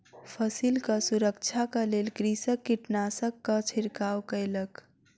फसिलक सुरक्षाक लेल कृषक कीटनाशकक छिड़काव कयलक